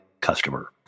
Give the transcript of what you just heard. customer